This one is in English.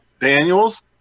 Daniels